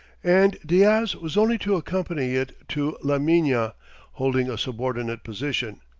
and diaz was only to accompany it to la mina holding a subordinate position.